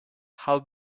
how